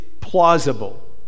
plausible